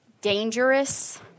dangerous